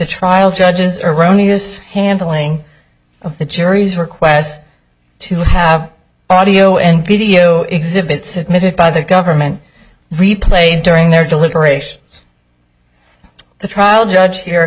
trial judge's erroneous handling of the jury's requests to have audio and video exhibits admitted by the government replayed during their deliberations the trial judge here